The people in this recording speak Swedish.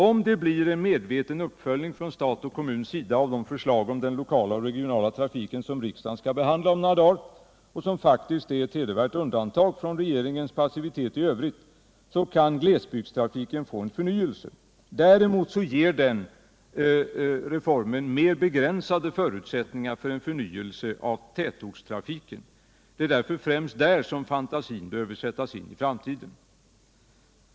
Om det blir en medveten uppföljning från statens och kommunernas sida av de förslag om den lokala och regionala trafiken som riksdagen skall behandla om några dagar och som faktiskt är ett hedervärt undantag från regeringens passivitet i övrigt, så kan glesbygdstrafiken få en förnyelse. Däremot ger den reformen mer begränsade förutsättningar för en förnyelse av tätortstrafiken. Det är därför främst där som fantasin behöver sättas in för framtiden.